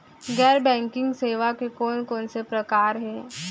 गैर बैंकिंग सेवा के कोन कोन से प्रकार हे?